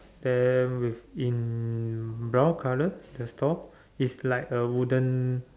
then with in brown colour the store is like a wooden